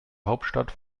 hauptstadt